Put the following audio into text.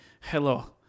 hello